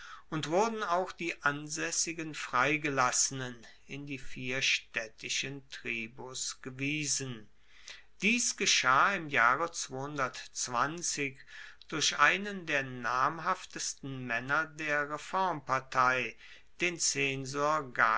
und wurden auch die ansaessigen freigelassenen in die vier staedtischen tribus gewiesen dies geschah im jahre durch einen der namhaftesten maenner der reformpartei den zensor